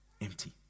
empty